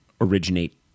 originate